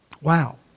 Wow